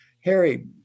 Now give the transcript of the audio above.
Harry